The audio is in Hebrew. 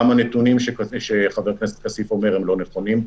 גם הנתונים שחבר הכנסת כסיף אומר הם לא נכונים.